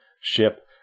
ship